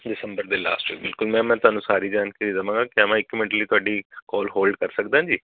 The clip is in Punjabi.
ਦਸੰਬਰ ਦੇ ਲਾਸਟ 'ਚ ਬਿਲਕੁਲ ਮੈਮ ਮੈਂ ਤੁਹਾਨੂੰ ਸਾਰੀ ਜਾਣਕਾਰੀ ਦੇਵਾਂਗਾ ਕਿਆ ਮੈਂ ਇੱਕ ਮਿੰਟ ਲਈ ਤੁਹਾਡੀ ਕੌਲ ਹੋਲਡ ਕਰ ਸਕਦਾ ਜੀ